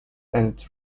and